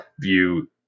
view